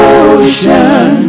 ocean